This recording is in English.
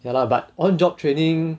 ya lah but on job training